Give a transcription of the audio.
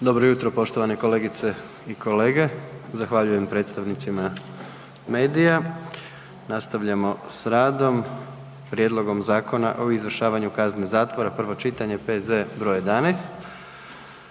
Dobro jutro poštovane kolegice i kolege. Zahvaljujem predstavnicima medija. Nastavljamo s radom. - Prijedlogom Zakona o izvršavanju kazne zatvora, prvo čitanje, P.Z. br. 11;